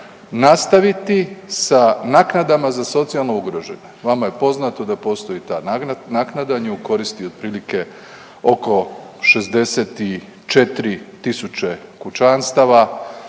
nastaviti sa naknadama za socijalno ugrožene, vama je poznato da postoji ta naknada, nju koristi otprilike oko 64.000 kućanstava,